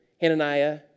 Hananiah